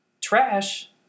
Trash